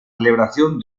celebración